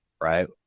right